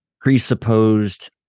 presupposed